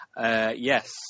Yes